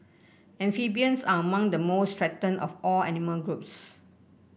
amphibians are among the most threatened of all animal groups